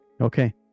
Okay